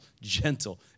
gentle